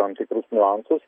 tam tikrus niuansus